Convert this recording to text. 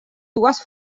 dues